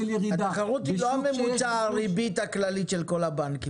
התחרות היא לא ממוצע הריבית הכללית של כל הבנקים,